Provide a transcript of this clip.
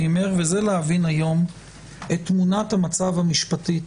ממך והיא להבין היום את תמונת המצב המשפטית